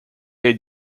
had